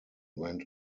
went